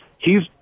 hes